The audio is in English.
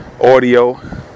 audio